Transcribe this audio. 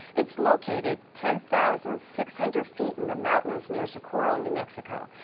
it's located ten thousand six hundred feet in the mountains near socorro, new mexico.